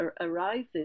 arises